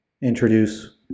introduce